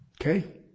okay